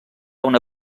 una